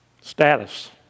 Status